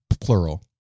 plural